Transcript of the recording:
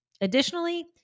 Additionally